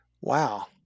wow